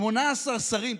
18 שרים,